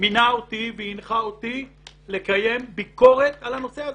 מינה אותי והנחה אותי לקיים ביקורת על הנושא הזה.